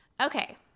okay